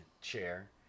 chair